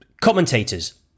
Commentators